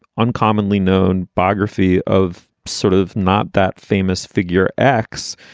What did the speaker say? uncommonly known biography of sort of not that famous figure x.